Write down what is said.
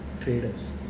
traders